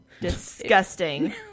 Disgusting